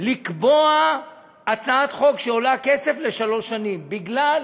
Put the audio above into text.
לקבוע הצעת חוק שעולה כסף לשלוש שנים, בגלל